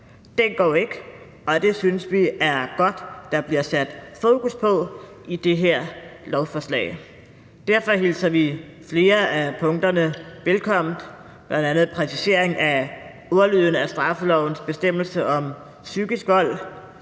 Den går ikke, og det synes vi er godt at der bliver sat fokus på i det her lovforslag. Derfor hilser vi flere af punkterne velkommen, bl.a. præciseringen af ordlyden af straffelovens bestemmelse om psykisk vold.